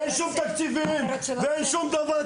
אין שום תקציבים ואין שום דבר,